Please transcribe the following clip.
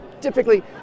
typically